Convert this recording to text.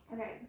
Okay